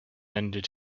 ended